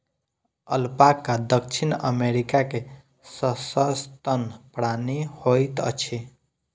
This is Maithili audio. अलपाका दक्षिण अमेरिका के सस्तन प्राणी होइत अछि